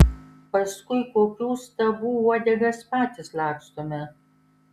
paskui kokių stabų uodegas patys lakstome